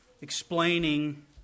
explaining